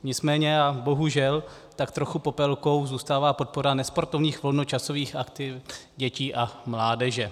Nicméně a bohužel tak trochu Popelkou zůstává podpora nesportovních volnočasových aktivit dětí a mládeže.